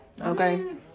Okay